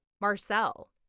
Marcel